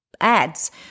ads